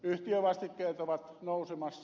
yhtiövastikkeet ovat nousemassa